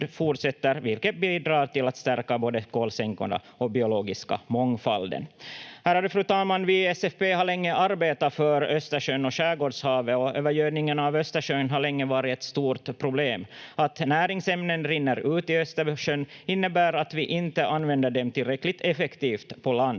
vilket bidrar till att stärka både kolsänkorna och den biologiska mångfalden. Ärade fru talman! Vi i SFP har länge arbetat för Östersjön och Skärgårdshavet. Övergödningen av Östersjön har länge varit ett stort problem. Att näringsämnen rinner ut i Östersjön innebär att vi inte använder dem tillräckligt effektivt på land.